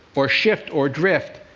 or shift or drift,